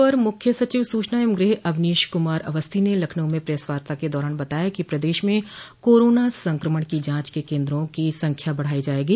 अपर मुख्य सचिव सूचना एवं गृह अवनीश कुमार अवस्थी ने लखनऊ में प्रेसवार्ता के दौरान बताया कि प्रदेश में कोरोना संक्रमण की जांच के केन्द्रों की संख्या बढ़ाई जायेगी